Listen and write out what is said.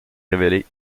révélée